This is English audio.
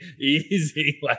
Easy